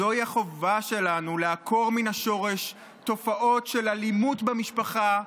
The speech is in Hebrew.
זוהי חובה שלנו לעקור מן השורש תופעות של אלימות במשפחה,